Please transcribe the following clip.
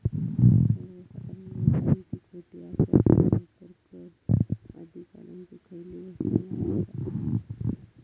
सर्वसाधारणपणे कोणती खोटी आश्वासना नायतर कर अधिकाऱ्यांची खयली घोषणा नाय आसा